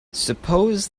suppose